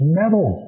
metal